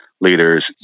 leaders